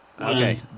Okay